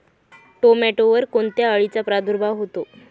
टोमॅटोवर कोणत्या अळीचा प्रादुर्भाव होतो?